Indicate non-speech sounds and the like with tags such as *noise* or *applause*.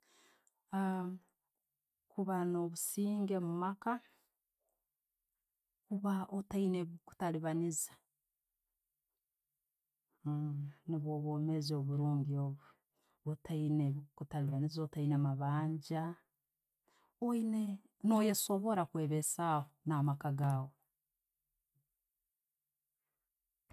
*hesitation* Kuba no'businge mumaka, kuba otaine bikutabaniiza, *hesitation* nubwo obwomeezi oburungi obwo, otaine ebikutabaniiza, otayiina amabanja, oyine, no'yesobora kwebesaho na'makaaga gaawe.